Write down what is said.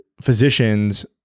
physicians